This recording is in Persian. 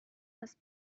است